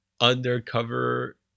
undercover